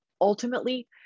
ultimately